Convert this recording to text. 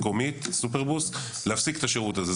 המקומית, סופרבוס, להפסיק את השירות הזה.